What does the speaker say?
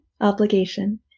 obligation